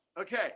Okay